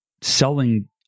selling